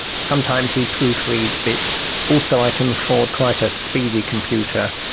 sometimes he proofreads bits, also i can afford quite a speedy computer,